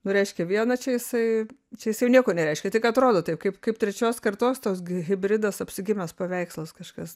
nu reiškia vieną čia jisai čia jis jau nieko nereiškia tik atrodo taip kaip kaip trečios kartos toks hibridas apsigimęs paveikslas kažkas